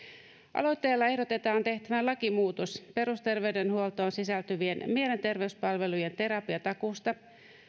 aloitteella ehdotetaan tehtävän lakimuutos perusterveydenhuoltoon sisältyvien mielenterveyspalvelujen terapiatakuusta